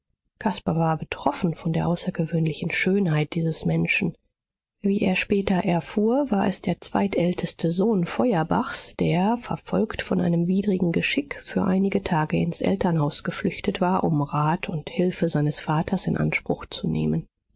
caspar war betroffen von der außergewöhnlichen schönheit dieses menschen wie er später erfuhr war es der zweitälteste sohn feuerbachs der verfolgt von einem widrigen geschick für einige tage ins elternhaus geflüchtet war um rat und hilfe seines vaters in anspruch zu nehmen